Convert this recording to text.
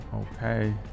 Okay